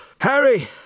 Harry